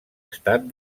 estat